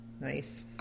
Nice